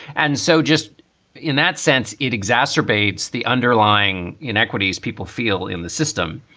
and so just in that sense, it exacerbates the underlying inequities people feel in the system.